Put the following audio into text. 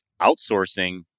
outsourcing